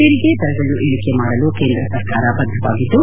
ತೆರಿಗೆ ದರಗಳನ್ನು ಇಳಿಕೆ ಮಾಡಲು ಕೇಂದ್ರ ಸರ್ಕಾರ ಬದ್ದವಾಗಿದ್ದು